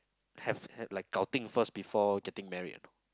have have like 搞定 first before getting married